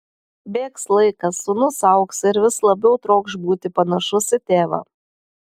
bėgs laikas sūnus augs ir vis labiau trokš būti panašus į tėvą